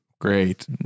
Great